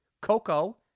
Coco